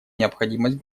необходимость